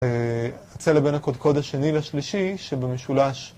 אהה צלע בין הקודקוד השני לשלישי שבמשולש.